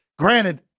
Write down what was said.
Granted